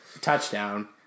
touchdown